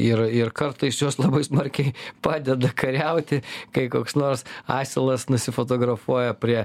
ir ir kartais jos labai smarkiai padeda kariauti kai koks nors asilas nusifotografuoja prie